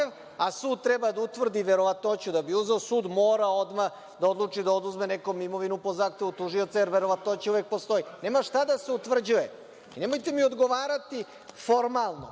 a sud treba da utvrdi verovatnoću da bi uzeo, sud mora odmah da odluči da oduzme nekom imovinu po zahtevu tužioca, jer verovatnoća uvek postoji. Nema šta da se utvrđuje. Nemojte mi odgovarati formalno.